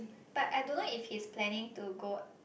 but I don't know if he is planning to go